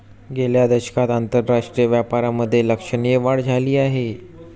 गेल्या दशकात आंतरराष्ट्रीय व्यापारामधे लक्षणीय वाढ झाली आहे